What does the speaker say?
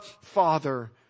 Father